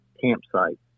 campsite